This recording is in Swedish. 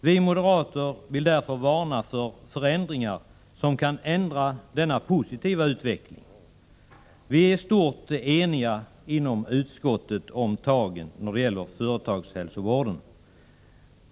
Vi moderater vill därför varna för förändringar som kan hindra denna positiva utveckling. Vi äristort sett eniga inom utskottet om företagshälsovårdens utformning.